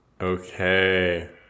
Okay